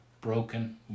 broken